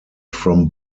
from